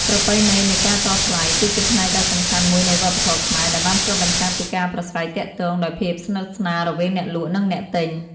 ប្រពៃណីនៃការតថ្លៃ គឺជាផ្នែកដ៏សំខាន់មួយនៃវប្បធម៌ខ្មែរ ដែលបានឆ្លុះបញ្ចាំងពីការប្រាស្រ័យទាក់ទងដោយភាពស្និទ្ធស្នាលរវាងអ្នកលក់ និងអ្នកទិញ។